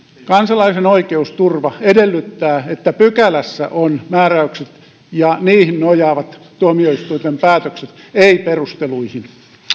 kansalaisen oikeusturva edellyttää että pykälässä on määräykset ja niihin nojaavat tuomioistuinten päätökset ei perusteluihin